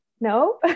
no